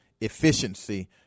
efficiency